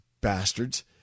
bastards